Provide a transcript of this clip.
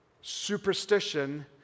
superstition